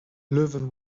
loewen